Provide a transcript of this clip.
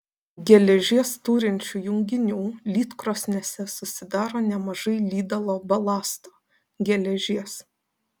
geležies turinčių junginių lydkrosnėse susidaro nemažai lydalo balasto geležies